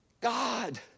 God